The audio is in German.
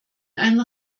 einen